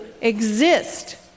exist